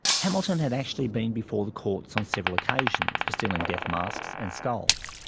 hamilton had actually been before the courts on several occasions for stealing death masks and skulls,